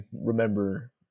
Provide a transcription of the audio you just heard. remember